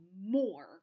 more